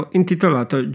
intitolato